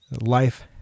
life